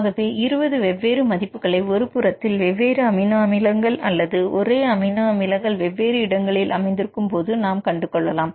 ஆகவே 20 வெவ்வேறு மதிப்புகளை ஒருபுறத்தில் வெவ்வேறு அமினோ அமிலங்கள் அல்லது ஒரே அமினோ அமிலங்கள் வெவ்வேறு இடங்களில் அமைந்திருக்கும் போது நாம் கண்டுகொள்ளலாம்